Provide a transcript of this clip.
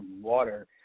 water